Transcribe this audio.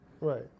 Right